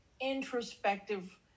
introspective